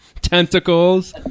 tentacles